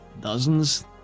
Dozens